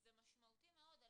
זה משמעותי מאוד,